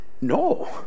no